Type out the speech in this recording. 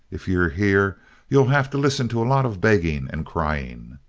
if you're here you'll have to listen to a lot of begging and crying.